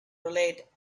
relate